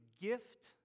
gift